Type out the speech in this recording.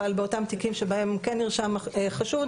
אבל באותם תיקים שבהם כן נרשם חשוד,